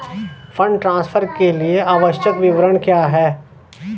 Fund transfer के लिए आवश्यक विवरण क्या हैं?